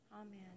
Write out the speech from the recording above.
Amen